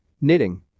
knitting